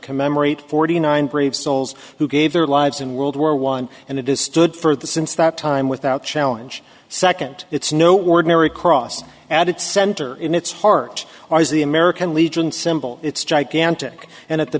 commemorate forty nine brave souls who gave their lives in world war one and it is stood for the since that time without challenge second it's no ordinary cross at its center in its heart or as the american legion symbol it's gigantic and at the